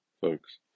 folks